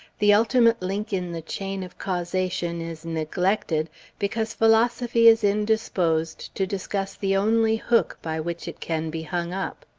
the ultimate link in the chain of causation is neglected because philosophy is indisposed to discuss the only hook by which it can be hung up.